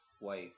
wife